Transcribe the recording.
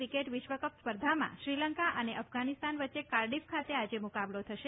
cricket વિશ્વકપ સ્પર્ધામાં શ્રીલંકા અને અફધાનિસ્તાન વચ્ચે કાર્ડિફ ખાતે આજે મુકાબલો થશે